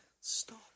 Stop